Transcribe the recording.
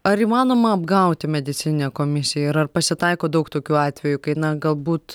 ar įmanoma apgauti medicininę komisiją ir ar pasitaiko daug tokių atvejų kai na galbūt